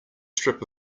strip